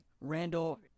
Randall